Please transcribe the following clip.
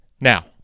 Now